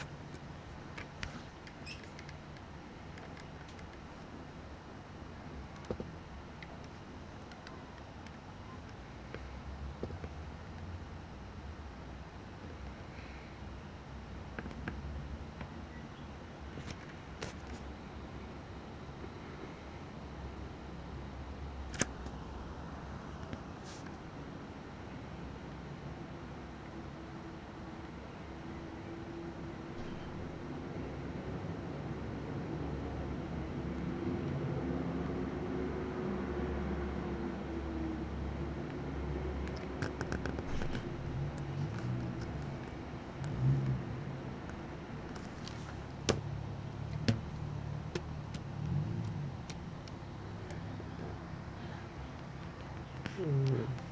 hmm